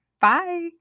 Bye